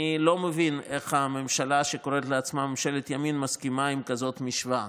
אני לא מבין איך הממשלה שקוראת לעצמה ממשלת ימין מסכימה עם כזאת משוואה.